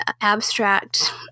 abstract